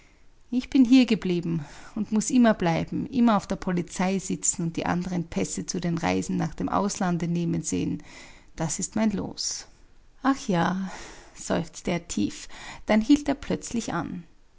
ich bin hier geblieben und muß immer bleiben immer auf der polizei sitzen und die andern pässe zu den reisen nach dem auslande nehmen sehen das ist mein loos ach ja seufzte er tief dann hielt er plötzlich an